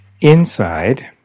inside